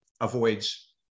avoids